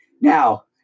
Now